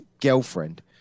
girlfriend